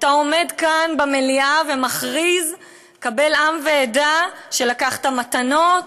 אתה עומד כאן במליאה ומכריז קבל עם ועדה שלקחת מתנות